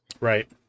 right